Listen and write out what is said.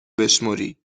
بشمری